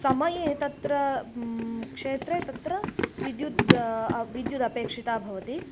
समये तत्र क्षेत्रे तत्र विद्युद् विद्युदपेक्षिता भवति